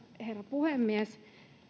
puhemies